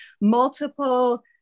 multiple